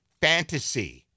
fantasy